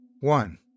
One